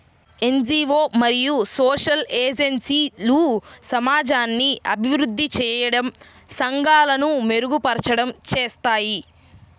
NGO మరియు social ఏజెన్సీలు సమాజాన్ని అభివృద్ధి చేయడం, సంఘాలను మెరుగుపరచడం చేస్తాయి